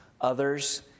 others